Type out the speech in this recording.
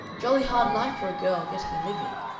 jolly hard life for a girl, getting a living.